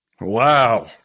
Wow